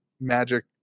magic